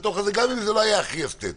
גם אם זה לא היה הכי אסתטי.